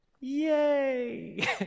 Yay